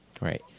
Right